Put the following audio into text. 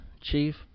Chief